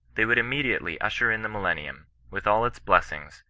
they would immediately usher in the millennium, with all its blessings,